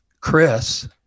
Chris